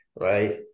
right